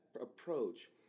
approach